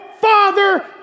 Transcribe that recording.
father